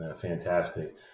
Fantastic